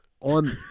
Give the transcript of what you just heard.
on